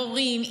הורים,